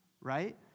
right